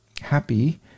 happy